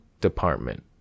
department